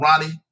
Ronnie